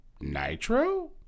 nitro